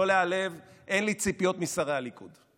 לא להיעלב: אין לי ציפיות משרי הליכוד.